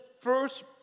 first